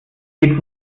geht